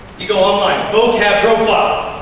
you go online. vocab profile. ah